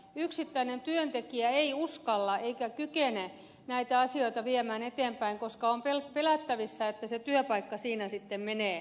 yksittäinen työntekijä ei uskalla eikä kykene näitä asioita viemään eteenpäin koska on pelättävissä että se työpaikka siinä sitten menee